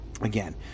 again